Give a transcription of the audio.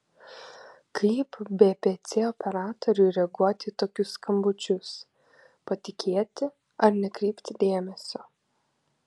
kaip bpc operatoriui reaguoti į tokius skambučius patikėti ar nekreipti dėmesio